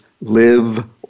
live